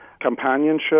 companionship